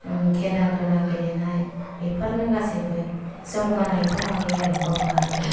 खेला दुला गेलेनाय बेफोरनो गासिबो जौगानायखौ लाबोयो आरो बर' हारिनि